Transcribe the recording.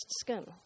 skin